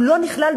הוא לא נכלל.